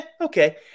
okay